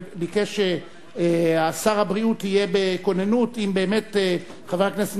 ביקש ששר הבריאות יהיה בכוננות אם באמת חבר הכנסת